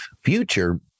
future